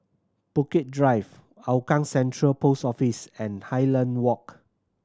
Bukit Drive Hougang Central Post Office and Highland Walk